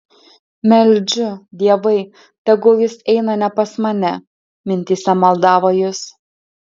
meldžiu dievai tegul jis eina ne pas mane mintyse maldavo jis